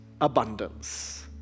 abundance